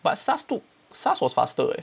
but SARS took SARS was faster eh